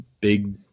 big